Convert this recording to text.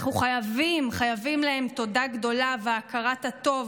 אנחנו חייבים, חייבים להם תודה גדולה והכרת הטוב